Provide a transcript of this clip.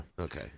Okay